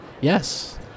Yes